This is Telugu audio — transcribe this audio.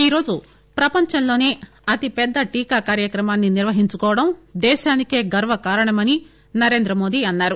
ఈరోజు ప్రపంచంలోనే అతిపెద్ద టీకా కార్యక్రమాన్ని నిర్వహించుకోవడం దేశానికే గర్వకారణమని నరేంద్ర మోదీ అన్నారు